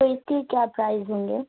تو اس کے کیا پرائز ہوں گے